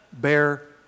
Bear